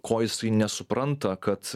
ko jisai nesupranta kad